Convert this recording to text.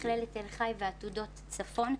מכללת תל חי ועתודות צפון,